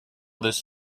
this